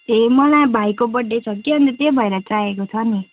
ए मलाई भाइको बड्डे छ कि अनि त त्यही भएर चाहिएको छ नि